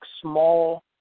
Small